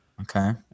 Okay